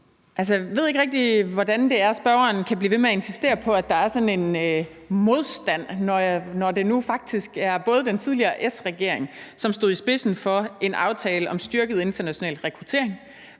jeg ved ikke rigtig, hvordan spørgeren kan blive ved med at insistere på, at der er sådan en modstand, når det nu faktisk både er sådan, at den tidligere S-regering stod i spidsen for en aftale om styrket international rekruttering,